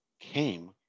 came